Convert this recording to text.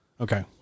Okay